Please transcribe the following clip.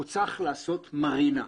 הוא צריך לעשות מרינה.